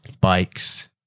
bikes